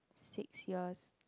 six years